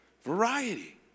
variety